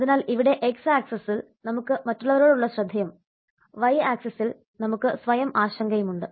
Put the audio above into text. അതിനാൽ ഇവിടെ x ആക്സിസിൽ നമുക്ക് മറ്റുള്ളവരോടുള്ള ശ്രദ്ധയും y ആക്സിസിൽ നമുക്ക് സ്വയം ആശങ്കയുമുണ്ട്